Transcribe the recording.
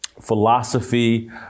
philosophy